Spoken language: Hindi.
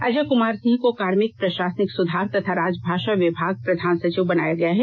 अजय कुमार सिंह को कार्मिक प्रशासनिक सुधार तथा राजभाषा विभाग प्रधान सचिव बनाया गया है